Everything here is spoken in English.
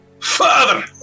Father